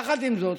יחד עם זאת,